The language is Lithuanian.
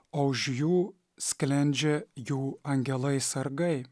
o už jų sklendžia jų angelai sargai